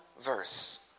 verse